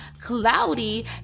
Cloudy